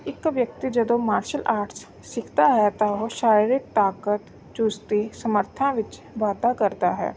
ਇੱਕ ਵਿਅਕਤੀ ਜਦੋਂ ਮਾਰਸ਼ਲ ਆਰਟਸ ਸਿੱਖਦਾ ਹੈ ਤਾਂ ਉਹ ਸਰੀਰਕ ਤਾਕਤ ਚੁਸਤੀ ਸਮਰਥਾ ਵਿੱਚ ਵਾਧਾ ਕਰਦਾ ਹੈ